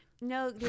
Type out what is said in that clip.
No